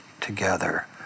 together